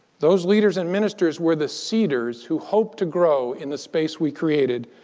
those leaders and ministers were the seeders, who hoped to grow in the space we created,